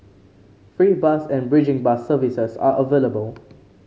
free bus and bridging bus services are available